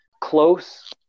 close